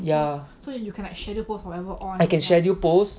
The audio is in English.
ya I can schedule post